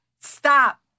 Stop